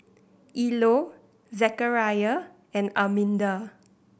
Ilo Zechariah and Arminda